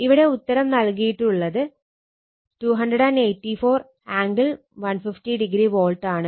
ഇവിടെ ഉത്തരം നൽകിയിട്ടുള്ളത് 284 ആംഗിൾ 150o volt ആണ്